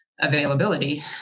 availability